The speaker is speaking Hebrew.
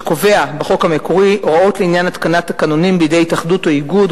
שקובע בחוק המקורי הוראות לעניין התקנת תקנונים בידי התאחדות או איגוד,